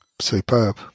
superb